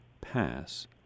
pass